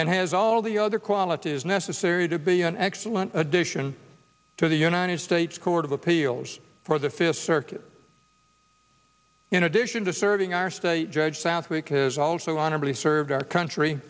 and has all the other qualities necessary to be an excellent addition to the united states court of appeals for the fifth circuit in addition to serving our state judge southwick has also honorably served our country